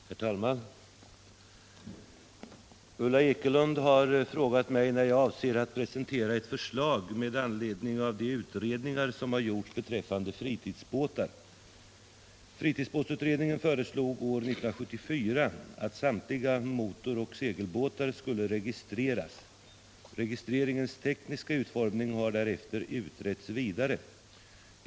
Herr talman! Ulla Ekelund har frågat mig när jag avser att presentera ett förslag med anledning av de utredningar som har gjorts beträffande fritidsbåtar. Fritidsbåtsutredningen föreslog år 1974 att samtliga motoroch segelbåtar skulle registreras. Registreringens tekniska utformning har därefter utretts vidare.